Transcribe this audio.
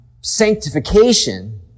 sanctification